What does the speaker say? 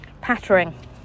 pattering